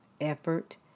effort